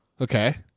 Okay